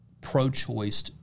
pro-choice